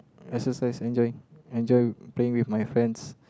exercise enjoying enjoying believe with my friends